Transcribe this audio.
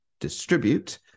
distribute